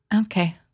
Okay